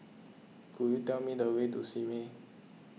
could you tell me the way to Simei